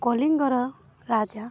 କଲିଙ୍ଗର ରାଜା